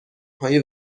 های